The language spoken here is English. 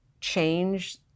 change